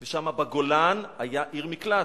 ושם בגולן היתה עיר מקלט.